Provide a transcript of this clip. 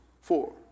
four